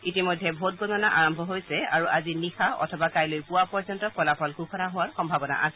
ইতিমধ্যে ভোটগণনা আৰম্ভ হৈছে আৰু আজি নিশা অথবা কাইলৈ পুৱা পৰ্যন্ত ফলাফল ঘোষণা হোৱাৰ সম্ভাৱণা কৰে